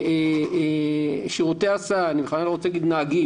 ששירותי הסעה, הנהגים